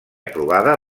aprovada